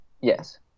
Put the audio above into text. yes